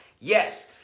Yes